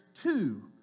two